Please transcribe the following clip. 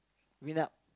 meet up